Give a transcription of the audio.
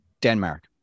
Denmark